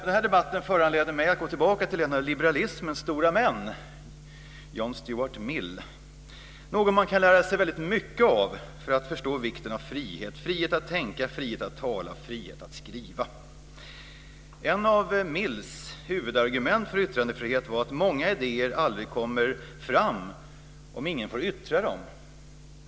Den här debatten föranleder mig att gå tillbaka till en av liberalismens stora män, John Stuart Mill, någon som man kan lära sig väldigt mycket av för att förstå vikten av frihet - frihet att tänka, frihet att tala, frihet att skriva. Ett av Mills huvudargument för yttrandefrihet var att många idéer aldrig kommer fram om ingen får yttra dem.